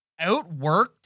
outworked